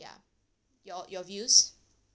ya your your views